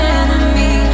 enemy